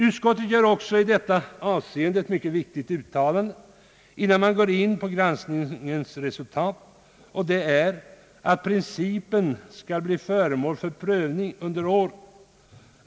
Utskottet gör också i detta avseende ett mycket viktigt uttalande innan man går in på granskningens resultat och säger där, att principen skall bli föremål för prövning under året.